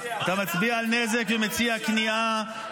אתה מצביע על נזק ומציע כניעה.